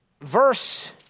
verse